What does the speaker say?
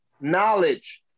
knowledge